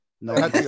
No